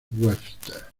webster